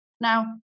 now